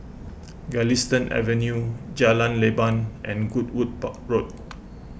Galistan Avenue Jalan Leban and Goodwood Park Road